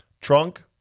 Trunk